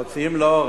מוציאים לאור,